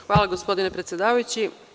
Hvala gospodine predsedavajući.